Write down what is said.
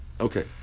Okay